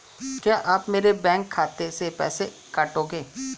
क्या आप मेरे बैंक खाते से पैसे काटेंगे?